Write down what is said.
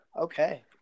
Okay